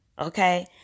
Okay